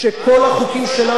בלי יוצא מן הכלל,